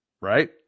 right